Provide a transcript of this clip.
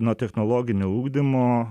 nuo technologinio ugdymo